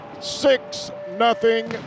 Six-nothing